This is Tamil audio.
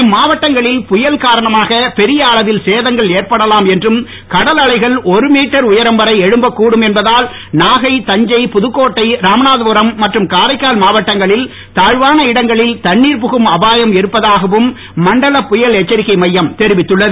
இம் மாவட்டங்களில் புயல் காரணமாக பெரிய அளவில் சேதங்கள் ஏற்படலாம் என்றும் கடல் அலைகள் ஒரு மீட்டர் உயரம் வரை எழும்பக் கூடும் என்பதால் நாகைஇ தஞ்சைஇ புதுக்கோட்டைஇ ராமநாதபுரம் மற்றும் காரைக்கால் மாவட்டங்களில் தாழ்வான இடங்களில் தண்ணீர் புகும் அபாயம் இருப்பதாகவும் மண்டல புயல் எச்சரிக்கை மையம் தெரிவித்துள்ளது